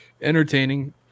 entertaining